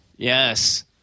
Yes